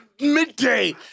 midday